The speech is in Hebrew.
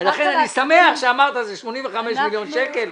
לכן אני שמח שאמרת שאלה 85 מיליון שקלים.